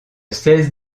seize